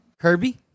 Kirby